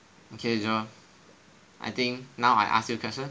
okay Joel I think now I ask you question okay